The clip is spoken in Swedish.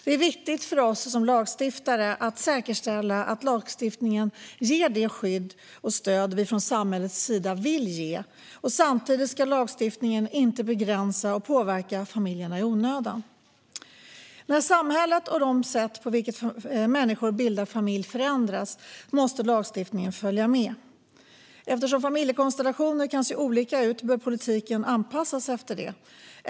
Det är viktigt för oss som lagstiftare att säkerställa att lagstiftningen ger det skydd och stöd som vi från samhällets sida vill ge. Samtidigt ska lagstiftningen inte begränsa och påverka familjerna i onödan. När samhället och de sätt på vilka människor bildar familj förändras måste lagstiftningen följa med. Eftersom familjekonstellationer kan se olika ut bör politiken anpassa sig efter det.